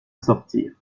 sortir